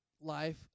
life